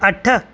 अठ